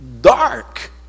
dark